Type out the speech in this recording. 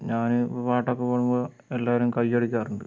ഞാൻ പാട്ടൊക്കെ പാടുമ്പോൾ എല്ലാവരും കയ്യടിക്കാറുണ്ട്